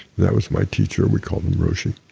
that was my teacher. we call them roshi.